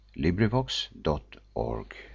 LibriVox.org